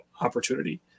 opportunity